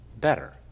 better